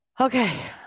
Okay